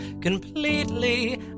completely